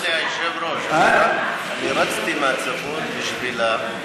רצתי מהצפון בשבילה.